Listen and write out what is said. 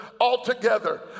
altogether